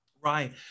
Right